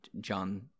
john